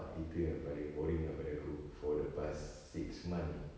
itu yang paling boring ah pada aku for the past six months ini